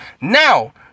Now